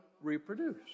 reproduce